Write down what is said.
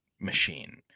machine